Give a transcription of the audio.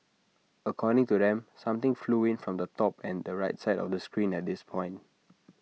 according to them something flew in from the top and the right side of the screen at this point